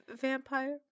vampire